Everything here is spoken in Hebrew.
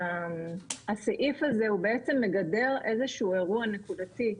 הסעיף הזה הוא בעצם מגדר איזשהו אירוע נקודתי.